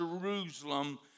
Jerusalem